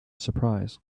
surprise